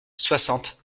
soixante